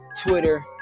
Twitter